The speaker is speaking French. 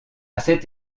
cette